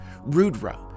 Rudra